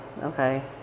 okay